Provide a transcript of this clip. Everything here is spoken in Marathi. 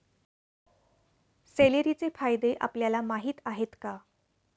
सेलेरीचे फायदे आपल्याला माहीत आहेत का?